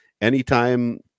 anytime